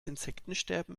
insektensterben